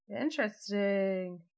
Interesting